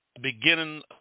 beginning